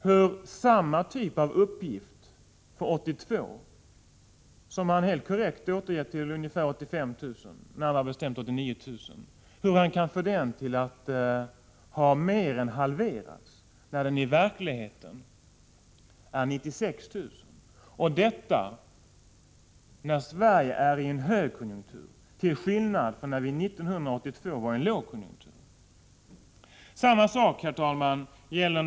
Hur kan vice statsministern påstå att antalet arbetslösa ungdomar 1982 — som han helt korrekt anger till ungefär 85 000, närmare bestämt 89 000 — har mer än halverats, när det i verkligheten är 96 000. Och detta när Sverige befinner sig i en högkonjunktur, till skillnad från 1982, då vi befann oss i en lågkonjunktur.